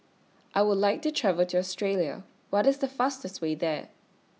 I Would like to travel to Australia What IS The fastest Way There